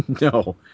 No